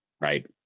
right